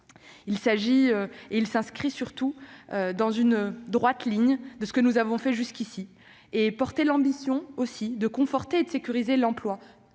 au quotidien. Elle s'inscrit dans la droite ligne de ce que nous avons fait jusqu'ici et porte l'ambition de conforter et de sécuriser l'emploi